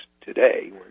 today